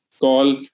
call